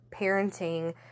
parenting